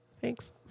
Thanks